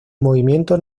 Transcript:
movimiento